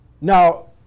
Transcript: Now